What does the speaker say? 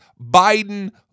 Biden